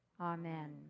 Amen